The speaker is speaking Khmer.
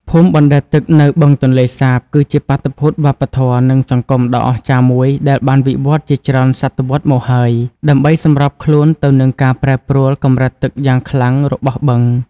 ភូមិបណ្ដែតទឹកនៅបឹងទន្លេសាប គឺជាបាតុភូតវប្បធម៌ និងសង្គមដ៏អស្ចារ្យមួយដែលបានវិវត្តន៍ជាច្រើនសតវត្សរ៍មកហើយ ដើម្បីសម្របខ្លួនទៅនឹងការប្រែប្រួលកម្រិតទឹកយ៉ាងខ្លាំងរបស់បឹង។